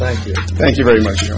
thank you thank you very much